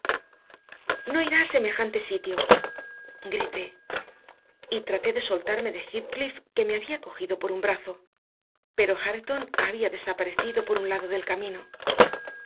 no irá a semejante sitio grité y traté de soltarme de heathcliff que me había cogido por un brazo pero hareton había desaparecido por un lado del camino